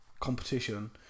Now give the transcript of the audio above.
competition